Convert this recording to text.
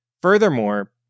Furthermore